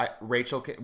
rachel